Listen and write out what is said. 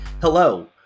Hello